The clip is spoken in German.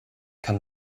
kann